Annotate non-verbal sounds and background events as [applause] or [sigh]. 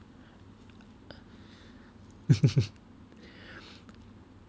[laughs]